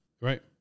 Right